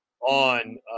on